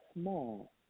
small